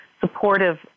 supportive